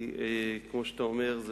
כי כמו שאתה אומר,